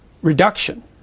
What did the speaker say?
reduction